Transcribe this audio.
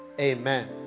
Amen